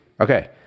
Okay